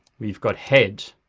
we've got head,